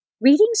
Readings